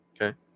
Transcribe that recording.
Okay